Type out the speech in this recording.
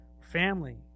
family